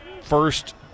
First